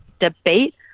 debate